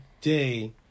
day